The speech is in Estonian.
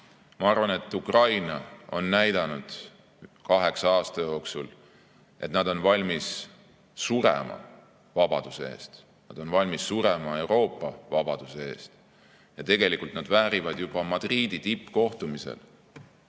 Ma arvan, et Ukraina on kaheksa aasta jooksul näidanud, et nad on valmis surema vabaduse eest, nad on valmis surema Euroopa vabaduse eest. Ja tegelikult nad väärivad juba Madridi tippkohtumisel